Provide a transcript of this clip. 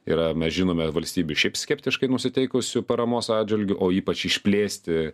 yra mes žinome valstybių šiaip skeptiškai nusiteikusių paramos atžvilgiu o ypač išplėsti